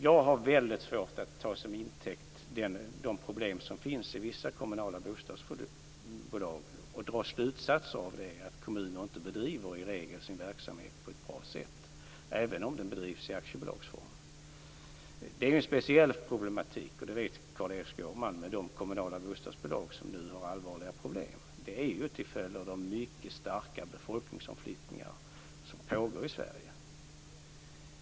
Jag har väldigt svårt att ta de problem som finns i vissa kommunala bostadsbolag till intäkt för att dra slutsatsen att kommuner i regel inte bedriver sin verksamhet på ett bra sätt, även om den bedrivs i aktiebolagsform. Det är en speciell problematik, och det vet Carl Erik Skårman, med de kommunala bostadsbolag som nu har allvarliga problem. Det är till följd av de mycket starka befolkningsomflyttningar som pågår i Sverige.